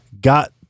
got